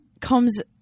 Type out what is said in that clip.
comes